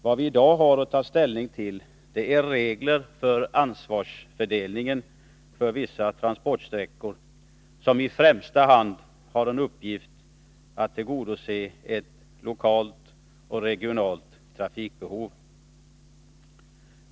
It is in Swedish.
Vad vi har att ta ställning till är regler för ansvarsfördelningen för vissa transportsträckor som i första hand är avsedda att tillgodose ett lokalt och regionalt trafikbehov.